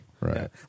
Right